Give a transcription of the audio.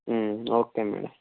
okay madam